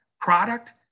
product